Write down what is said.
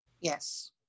Yes